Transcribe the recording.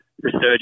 resurgence